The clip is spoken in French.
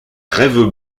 rêves